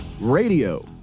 Radio